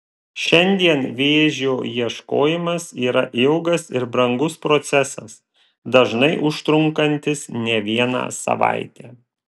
šiandien vėžio ieškojimas yra ilgas ir brangus procesas dažnai užtrunkantis ne vieną savaitę